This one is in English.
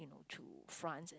you know to France and